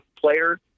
player